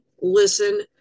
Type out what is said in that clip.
listen